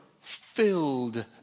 filled